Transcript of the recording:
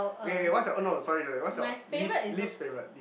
okay K K what's your orh no sorry sorry what's your least least favourite least